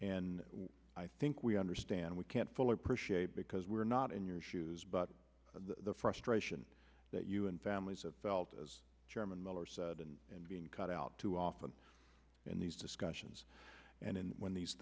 and i think we understand we can't fully appreciate because we're not in your shoes but the frustration that you and families felt as chairman miller said and and being cut out too often in these discussions and in when these